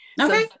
Okay